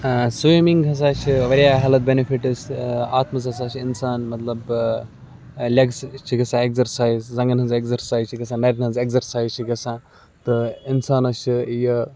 swimming ہَسا چھِ واریاہ ہیلتھ بینفٹز اَتھ منٛز ہَسا چھِ اِنسان مطلب لیگٕز چھِ گژھان ایگزَرسایز زَنٛگَن ہٕنٛز ایگزَرسایز چھَ گژھان نَرٮ۪ن ہٕنٛز ایگزَرسایز چھِ گژھان تہٕ اِنسانَس چھِ یہِ